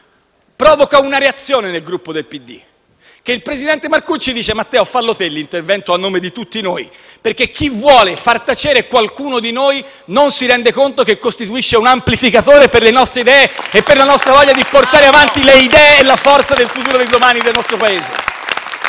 provoca una reazione nel Gruppo del Partito Democratico: il presidente Marcucci ha chiesto a me di intervenire a nome del Gruppo, perché chi vuol far tacere qualcuno di noi non si rende conto che costituisce un amplificatore per le nostre idee e per la nostra voglia di portare avanti le idee e la forza del futuro e del domani del nostro Paese.